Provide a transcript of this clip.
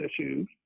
issues